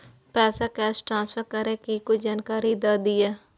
पैसा cash transfer करऐ कि कुछ जानकारी द दिअ